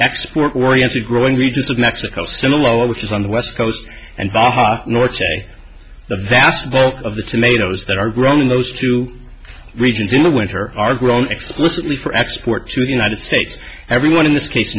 export oriented growing regions of mexico similar which is on the west coast and baja north the vast bulk of the tomatoes that are grown in those two regions in the winter are grown explicitly for export to the united states everyone in this case